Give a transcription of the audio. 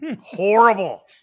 Horrible